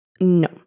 No